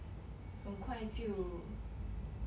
很快就